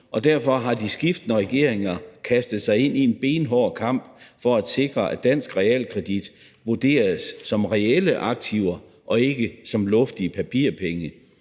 og derfor har de skiftende regeringer kastet sig ind i en benhård kamp for at sikre, at dansk realkredit vurderes som reelle aktiver og ikke som luftige papirpenge.